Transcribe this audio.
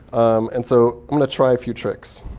and so i'm going to try a few tricks.